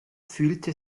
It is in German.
fühlte